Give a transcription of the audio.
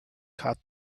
had